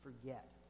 forget